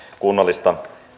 kunnallista